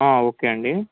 okay అండి